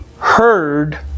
heard